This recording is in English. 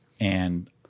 and-